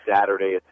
Saturday